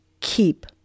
keep